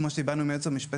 כמו שדיברנו עם היועץ המשפטי,